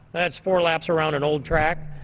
that's four laps around an old track.